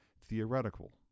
theoretical